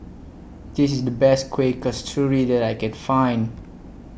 This IS The Best Kuih Kasturi that I Can Find